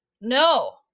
No